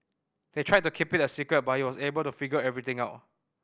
they tried to keep it a secret but he was able to figure everything out